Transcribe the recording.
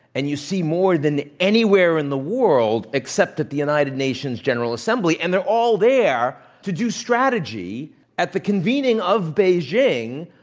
and you see more than anywhere in the world, except at the united nations general assembly, and they're all there to do strategy at the convening of beijing,